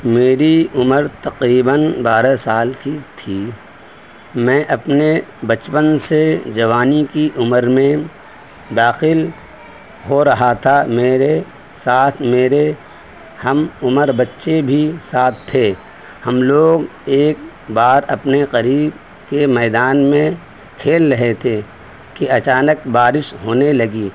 میری عمر تقریباً بارہ سال کی تھی میں اپنے بچپن سے جوانی کی عمر میں داخل ہو رہا تھا میرے ساتھ میرے ہمعمر بچے بھی ساتھ تھے ہم لوگ ایک بار اپنے قریب کے میدان میں کھیل رہے تھے کہ اچانک بارش ہونے لگی